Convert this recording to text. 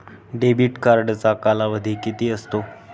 Debit कार्डचा कालावधी किती असतो?